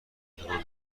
تکان